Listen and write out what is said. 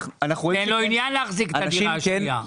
אין לו עניין להחזיק את הדירה השנייה.